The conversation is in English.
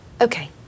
Okay